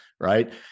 Right